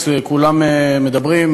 כולם מדברים,